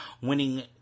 winning